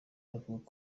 avuga